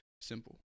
simple